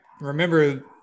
remember –